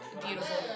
beautiful